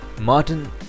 Martin